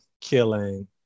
killing